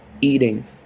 Eating